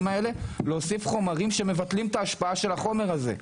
האלה להוסיף חומרים שמבטלים את ההשפעה של החומר הזה.